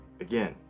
Again